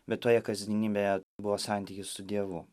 bet toje kasdienybėje buvo santykis su dievu